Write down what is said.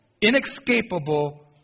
inescapable